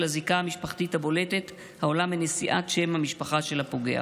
הזיקה המשפחתית הבולטת העולה מנשיאת שם המשפחה של הפוגע.